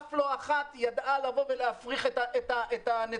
ואף לא אחת ידעה להפריך את הנתונים.